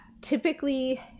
typically